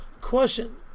Question